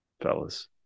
fellas